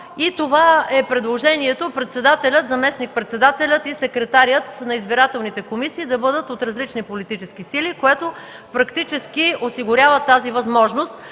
Предложението е председателят, заместник-председателят и секретарят на избирателните комисии да бъдат от различни политически сили, което практически осигурява тази възможност.